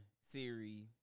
Siri